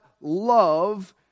love